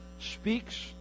speaks